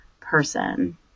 person